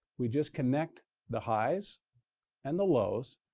we just connect the highs and the lows,